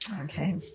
okay